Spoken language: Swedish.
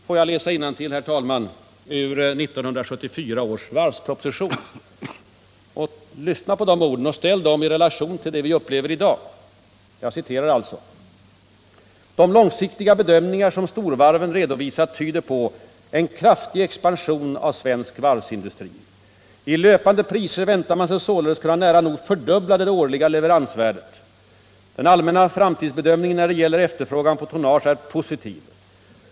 Får jag läsa innantill, herr talman, ur 1974 års varvsproposition — lyssna på de orden och ställ dem i relation till det vi upplever i dag: De långsiktiga bedömningar som storvarven —-—-=— redovisat tyder på en kraftig expansion av svensk varvsindustri ———. I löpande priser väntar man sig således kunna nära nog fördubbla det årliga leveransvärdet. ——— Den allmänna framtidsbedömningen när det gäller efterfrågan på tonnage är positiv.